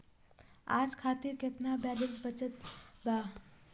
आज खातिर केतना बैलैंस बचल बा?